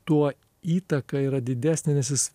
tuo įtaka yra didesnė nes jis